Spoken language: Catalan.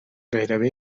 gairebé